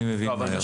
אני מבין מהר.